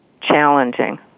challenging